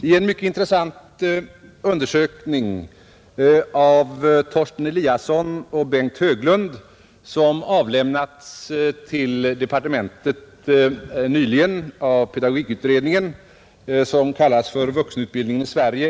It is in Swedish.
I en mycket intressant undersökning av Torsten Eliasson och Bengt Höglund som avlämnats till departementet nyligen av pedagogikutredningen och som fått rubriken ”Vuxenutbildning i Sverige.